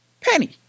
Penny